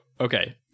okay